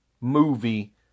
movie